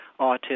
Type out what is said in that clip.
autism